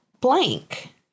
blank